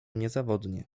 niezawodnie